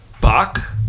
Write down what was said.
Bach